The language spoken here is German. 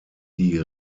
die